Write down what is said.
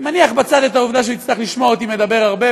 אני מניח בצד את העובדה שהוא יצטרך לשמוע אותי מדבר הרבה,